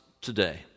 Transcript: today